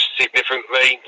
significantly